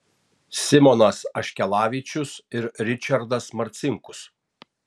simonas aškelavičius ir ričardas marcinkus